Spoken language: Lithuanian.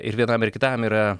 ir vienam ir kitam yra